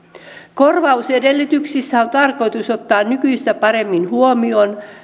korvausedellytyksissä on tarkoitus ottaa nykyistä paremmin huomioon